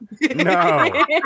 No